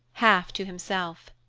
half to himself.